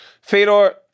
Fedor